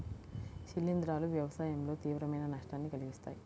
శిలీంధ్రాలు వ్యవసాయంలో తీవ్రమైన నష్టాన్ని కలిగిస్తాయి